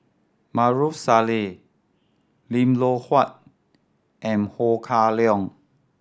Maarof Salleh Lim Loh Huat and Ho Kah Leong